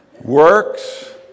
Works